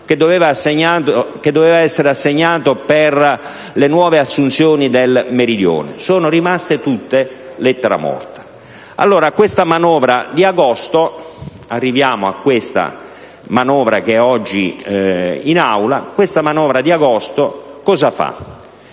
che doveva essere assegnato per le nuove assunzioni dal Meridione? Sono rimaste tutte lettera morta. Allora, questa manovra di agosto - arriviamo a questa manovra che oggi è in Aula - cosa fa?